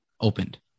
Opened